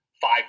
five